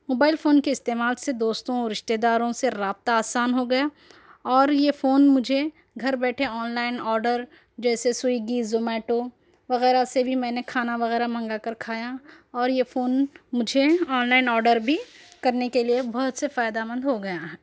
mobile phone کے استعمال سے دوستوں رشتے داروں سے رابطہ آسان ہو گیا اور یہ فون مجھے گھر بیٹھے آن لائن آڈر جیسے سوئگی زومیٹو وغیرہ سے بھی میں نے کھانا وغیرہ منگا کر کھایا اور یہ فون مجھے آن لائن آڈر بھی کرنے لئے بہت سے فائدہ مند ہو گیا